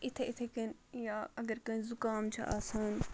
اِتھے اِتھَے کٔنۍ یا اَگر کٲنٛسہِ زُکام چھُ آسان